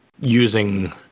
using